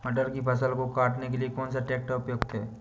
मटर की फसल को काटने के लिए कौन सा ट्रैक्टर उपयुक्त है?